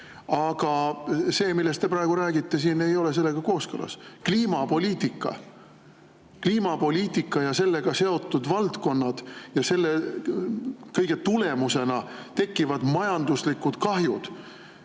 Aga see, millest te praegu siin räägite, ei ole sellega kooskõlas. Kliimapoliitika ja sellega seotud valdkonnad ja selle kõige tulemusena tekkivad majanduslikud kahjud,